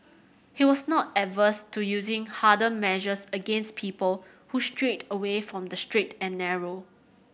he was not averse to using harder measures against people who strayed away from the straight and narrow